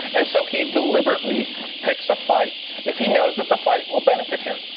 and so, he deliberately picks a fight if he knows that the fight will benefit him.